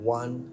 one